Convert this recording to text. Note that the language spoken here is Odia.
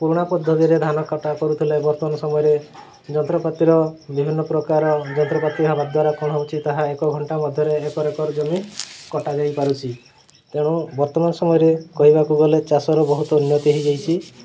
ପୁରୁଣା ପଦ୍ଧତିରେ ଧାନ କଟା କରୁଥିଲେ ବର୍ତ୍ତମାନ ସମୟରେ ଯନ୍ତ୍ରପାତିର ବିଭିନ୍ନ ପ୍ରକାର ଯନ୍ତ୍ରପାତି ହେବା ଦ୍ୱାରା କ'ଣ ହେଉଛି ତାହା ଏକ ଘଣ୍ଟା ମଧ୍ୟରେ ଏକର ଏକର ଜମି କଟାଯାଇପାରୁଛି ତେଣୁ ବର୍ତ୍ତମାନ ସମୟରେ କହିବାକୁ ଗଲେ ଚାଷର ବହୁତ ଉନ୍ନତି ହୋଇଯାଇଛି